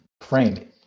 frame